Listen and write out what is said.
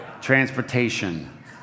Transportation